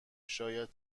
شاید